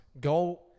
go